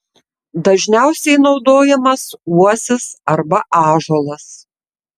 dažniausiai naudojamas uosis arba ąžuolas